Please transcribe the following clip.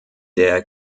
der